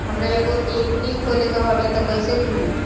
हमरा एगो एफ.डी खोले के हवे त कैसे खुली?